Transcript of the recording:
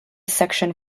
section